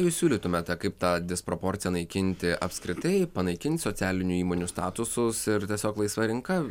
jūs siūlytumėte kaip tą disproporciją naikinti apskritai panaikint socialinių įmonių statusus ir tiesiog laisva rinka